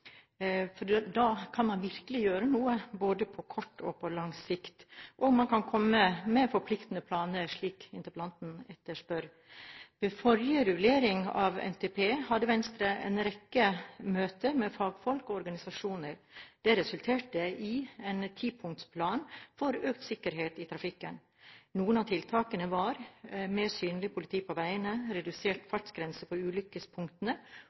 for å reise denne interpellasjonen – og kanskje spesielt akkurat nå i forkant av rulleringen av NTP. Da kan man virkelig gjøre noe på både kort og lang sikt, og man kan komme med forpliktende planer, slik interpellanten etterspør. Ved forrige rullering av NTP hadde Venstre en rekke møter med fagfolk og organisasjoner. Det resulterte i en tipunktsplan for økt sikkerhet i trafikken. Noen av tiltakene var: Mer synlig politi på veiene, redusert